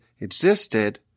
existed